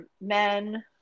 men